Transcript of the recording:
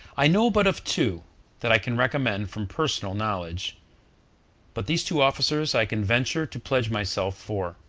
i know but of two that i can recommend from personal knowledge but these two officers i can venture to pledge myself for.